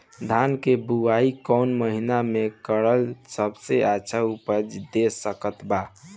धान के बुआई कौन महीना मे करल सबसे अच्छा उपज दे सकत बा?